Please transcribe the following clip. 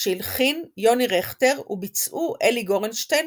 שהלחין יוני רכטר וביצעו אלי גורנשטיין